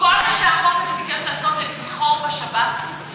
כל מה שהחוק הזה ביקש לעשות זה לסחור בשבת עצמה.